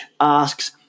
asks